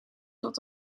tot